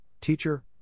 teacher